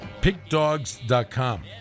pickdogs.com